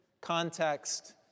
Context